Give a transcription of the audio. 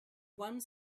one